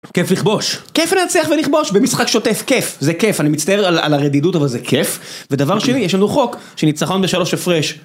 כיף לכבוש, כיף להצליח ולכבוש במשחק שוטף, כיף, זה כיף, אני מצטער על הרדידות אבל זה כיף ודבר שני, יש לנו חוק שניצחון בשלוש הפרש